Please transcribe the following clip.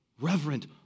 reverent